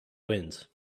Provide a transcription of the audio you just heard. wind